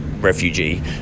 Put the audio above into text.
refugee